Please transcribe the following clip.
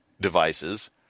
devices